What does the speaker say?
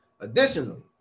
Additionally